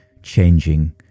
changing